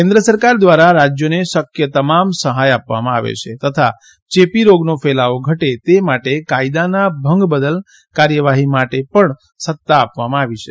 કેન્દ્ર સરકાર દ્વારા રાજ્યોને શક્ય તમામ સહાય આપવામાં આવે છે તથા યેપી રોગનો ફેલાવો ઘટે તે માટે કાયદાના ભંગ બદલ કાર્યવાહી માટે પણ સત્તા આપવામાં આવી છે